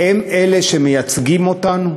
הם אלה שמייצגים אותנו?